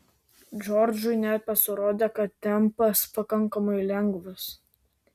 džordžui net pasirodė kad tempas pakankamai lengvas